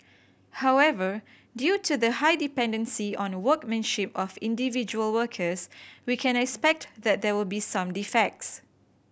however due to the high dependency on a workmanship of individual workers we can expect that there will be some defects